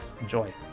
Enjoy